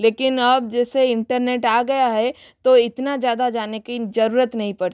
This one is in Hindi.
लेकिन अब जैसे इंटरनेट आ गया है तो इतना ज़्यादा जाने की ज़रूरत नहीं पड़ती